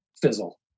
fizzle